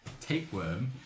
Tapeworm